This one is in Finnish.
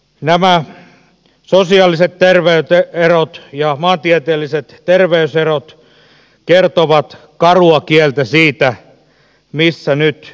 nämä sosiaaliset terveyserot ja maantieteelliset ter veyserot kertovat karua kieltä siitä missä nyt mennään